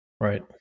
Right